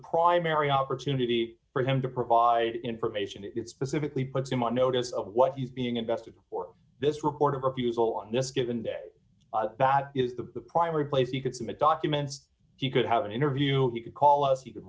primary opportunity for him to provide information it's pacifically puts him on notice of what he's being invested or this reporter refusal on this given that is the primary place you could submit documents you could have an interview you could call us you could